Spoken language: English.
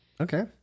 Okay